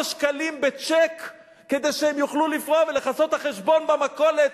שקלים בצ'ק כדי שהם יוכלו לפרוע ולכסות את החשבון במכולת,